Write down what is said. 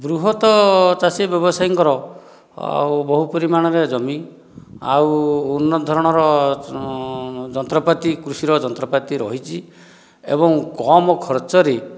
ବୃହତ ଚାଷୀ ବ୍ୟବସାୟୀଙ୍କର ଆଉ ବହୁ ପରିମାଣରେ ଜମି ଆଉ ଉନ୍ନତ ଧରଣର ଯନ୍ତ୍ରପାତି କୃଷିର ଯନ୍ତ୍ରପାତି ରହିଛି ଏବଂ କମ ଖର୍ଚ୍ଚରେ